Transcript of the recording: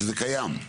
שזה קיים,